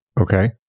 Okay